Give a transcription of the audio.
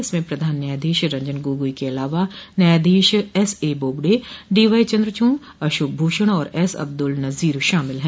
इसमें प्रधान न्यायाधीश रंजन गोगोई के अलावा न्यायाधीश S A Bobde D Y Chandrachud Ashok Bhushan और एस अब्दुल नजीर शामिल हैं